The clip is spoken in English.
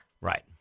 Right